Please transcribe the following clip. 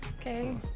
Okay